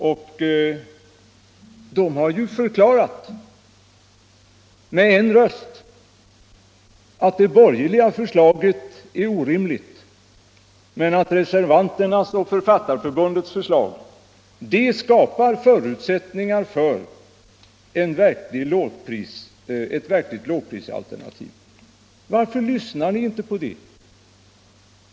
De har med en röst förklarat att det borgerliga förslaget är orimligt men att reservanternas och Förfat tarförbundets förslag skapar förutsättningar för ett verkligt lågprisalternativ. Varför lyssnar ni inte på dem?